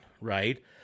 right